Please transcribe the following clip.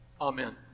Amen